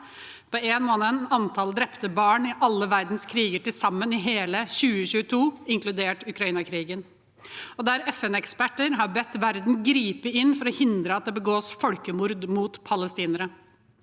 barn enn antall drepte barn i alle verdens kriger til sammen i hele 2022, inkludert Ukraina-krigen, og der FN-eksperter har bedt verden gripe inn for å hindre at det begås folkemord mot palestinere.